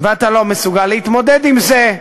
ואתה לא מסוגל להתמודד עם זה,